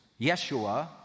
Yeshua